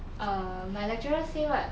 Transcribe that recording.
err my lecturer say what